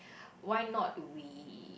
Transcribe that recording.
why not we